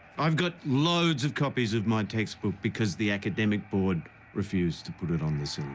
i've got loads of copies of my textbook because the academic board refused to put it on the